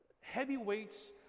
heavyweights